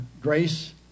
grace